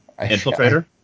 Infiltrator